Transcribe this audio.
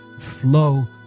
flow